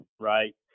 right